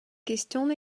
questions